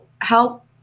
help